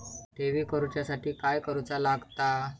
ठेवी करूच्या साठी काय करूचा लागता?